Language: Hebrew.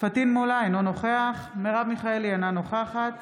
פטין מולא, אינו נוכח מרב מיכאלי, אינה נוכחת